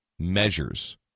Measures